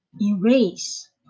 erase